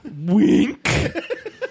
Wink